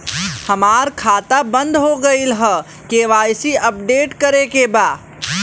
हमार खाता बंद हो गईल ह के.वाइ.सी अपडेट करे के बा?